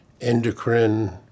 endocrine